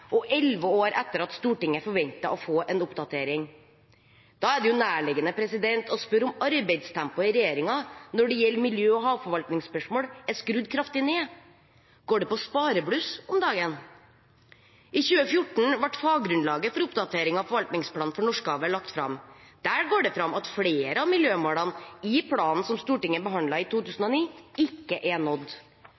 og elleve år etter at Stortinget forventet å få en oppdatering. Da er det nærliggende å spørre om arbeidstempoet i regjeringen når det gjelder miljø- og havforvaltningsspørsmål, er skrudd kraftig ned. Går det på sparebluss om dagen? I 2014 ble faggrunnlaget for oppdatering av forvaltningsplanen for Norskehavet lagt fram. Der går det fram at flere av miljømålene i planen som Stortinget behandlet i